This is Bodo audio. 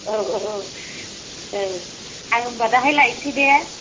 औ औ औ आं होनबा दाहाय लायनिसै दे